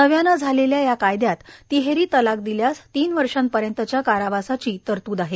नव्याने झालेल्या या कायदयात तिहेरी तलाक दिल्यास तीन वर्षापर्यंतच्या कारावासाची तरतूद आहे